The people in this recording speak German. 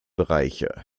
bereiche